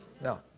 No